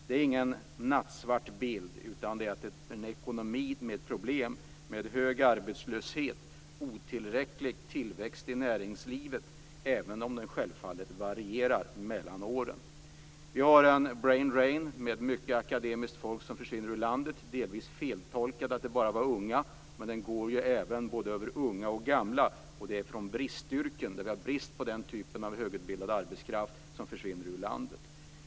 Det är ingen nattsvart bild, utan det handlar om en ekonomi med problem och om hög arbetslöshet och otillräcklig tillväxt i näringslivet, även om den självfallet varierar mellan åren. Vi har en braindrain med mycket akademiskt utbildat folk som försvinner ur landet. Det har delvis feltolkats som att det bara är unga det gäller, men det gäller både unga och gamla. Och det är folk i bristyrken, yrken där vi har brist på den här typen av högutbildad arbetskraft, som försvinner ur landet.